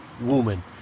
woman